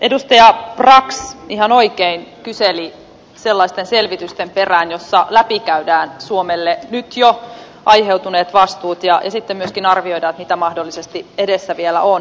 edustaja brax ihan oikein kyseli sellaisten selvitysten perään joissa läpikäydään suomelle nyt jo aiheutuneet vastuut ja sitten myöskin arvioidaan mitä mahdollisesti edessä vielä on